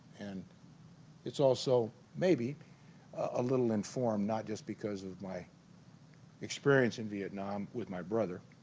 and it's also maybe a little informed not just because of my experience in vietnam with my brother